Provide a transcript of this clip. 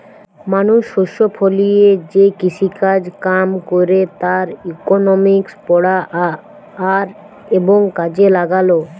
মানুষ শস্য ফলিয়ে যে কৃষিকাজ কাম কইরে তার ইকোনমিক্স পড়া আর এবং কাজে লাগালো